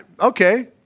okay